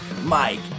Mike